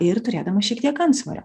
ir turėdamas šiek tiek antsvorio